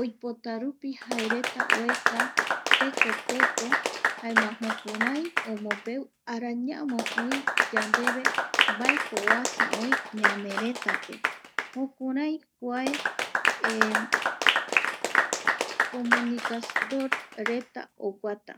oipotarupi jaereta oeka tekoteko, jaema jukurai omombeu arañavo oi yandeve mbaeko oasa oi ñaneretape jukurai kuae comunica tor reta oguata